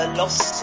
lost